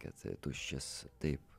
kad tuščias taip